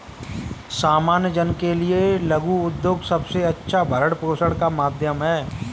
सामान्य जन के लिये लघु उद्योग सबसे अच्छा भरण पोषण का माध्यम है